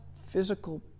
physical